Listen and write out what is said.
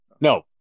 no